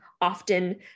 often